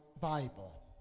Bible